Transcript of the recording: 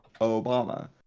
Obama